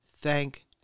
Thank